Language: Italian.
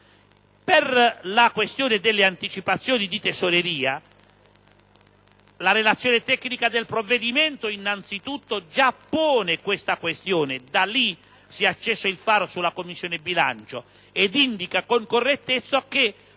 la questione delle anticipazioni di Tesoreria, la Relazione tecnica del provvedimento innanzitutto già pone la questione (da lì si è acceso il faro sulla Commissione bilancio) ed indica con correttezza che